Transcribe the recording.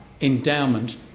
endowment